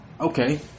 Okay